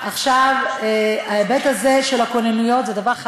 השכר כבר 14